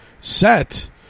set